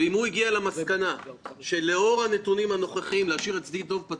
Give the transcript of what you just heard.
ואם הוא הגיע למסקנה שלאור הנתונים הנוכחיים השארת שדה דב זה